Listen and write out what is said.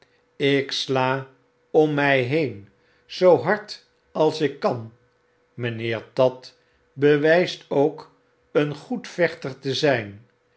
ik sla om my heen zoo hard als ik kan mijnheer tatt bewijst ook een goed vechter te zyn